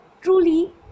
truly